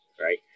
right